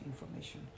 information